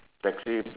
taxi